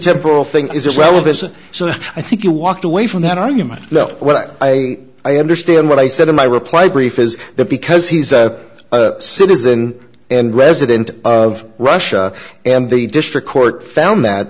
temporal thing is relevant so i think you walked away from that argument you know what i i understand what i said in my reply brief is that because he's a citizen and resident of russia and the district court found that